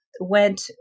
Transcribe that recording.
went